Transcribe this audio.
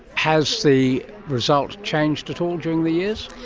has the result changed at all during the years?